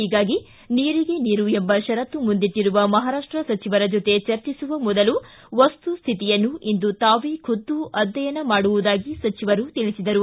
ಹೀಗಾಗಿ ನೀರಿಗೆ ನೀರು ಎಂಬ ಷರತ್ತು ಮುಂದಿಟ್ಟರುವ ಮಹಾರಾಷ್ಟ ಸಚಿವರ ಜತೆ ಚರ್ಚಿಸುವ ಮೊದಲು ವಸ್ತುಸ್ತಿತಿಯನ್ನು ಇಂದು ತಾವೇ ಖುದ್ದು ಅಧ್ಯಯನ ಮಾಡುವುದಾಗಿ ಸಚಿವರು ತಿಳಿಸಿದರು